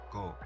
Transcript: go